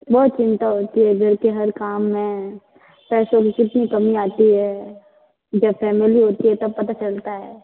बहुत चिंता होती है घर के हर काम में पैसों की कितनी कमी आती है जब फैमिली होती है तब पता चलता है